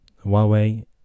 Huawei